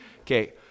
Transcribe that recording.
Okay